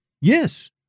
yes